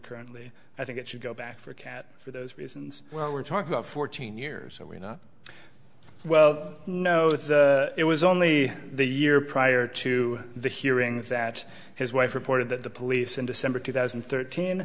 currently i think it should go back for a cat for those reasons well we're talking about fourteen years so we're not well know that it was only the year prior to the hearing that his wife reported that the police in december two thousand and thirteen